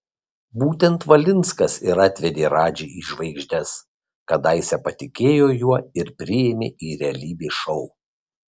būtent valinskas ir atvedė radži į žvaigždes kadaise patikėjo juo ir priėmė į realybės šou